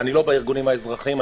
אני לא בארגונים האזרחיים,